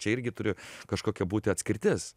čia irgi turi kažkokia būti atskirtis